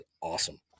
awesome